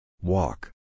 Walk